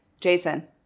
Jason